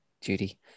Judy